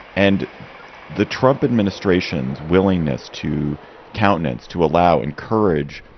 and the trump administration's willingness to countenance, to allow, encourage,